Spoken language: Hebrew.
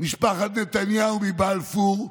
משפחת נתניהו מבלפור,